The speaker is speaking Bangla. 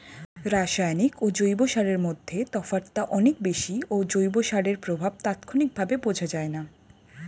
রাসায়নিক ও জৈব সারের মধ্যে তফাৎটা অনেক বেশি ও জৈব সারের প্রভাব তাৎক্ষণিকভাবে বোঝা যায়না